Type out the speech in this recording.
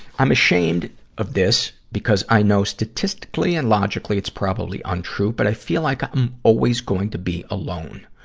i'm ashamed of this, because i know statistically and logically it's probably untrue, but i feel like i'm always going to be alone.